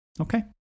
okay